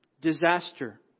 Disaster